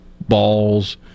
balls